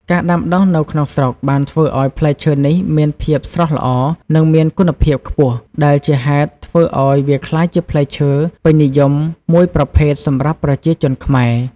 ការដាំដុះនៅក្នុងស្រុកបានធ្វើឲ្យផ្លែឈើនេះមានភាពស្រស់ល្អ និងមានគុណភាពខ្ពស់ ដែលជាហេតុធ្វើឲ្យវាក្លាយជាផ្លែឈើពេញនិយមមួយប្រភេទសម្រាប់ប្រជាជនខ្មែរ។